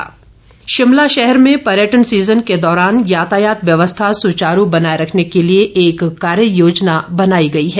D C Shimla Shimla शहर में पर्यटन सीज़न के दौरान याताया व्यवस्था सुचारू बनाए रखने के लिए एक कार्य योजना बनाई गई है